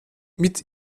mit